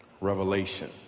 Revelation